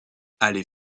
allait